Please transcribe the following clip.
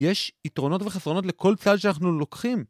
יש יתרונות וחסרונות לכל צעד שאנחנו לוקחים.